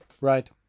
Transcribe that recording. Right